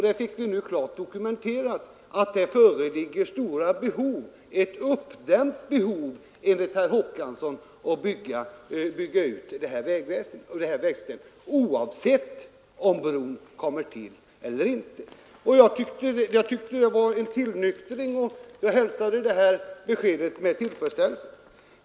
Vi fick klart dokumenterat att det föreligger stora behov, ”ett uppdämt behov” enligt herr Håkansson, att bygga ut vägarna, oavsett om bron kommer till eller inte. Jag tyckte det var en tillnyktring, och jag hälsade det beskedet med tillfredsställelse.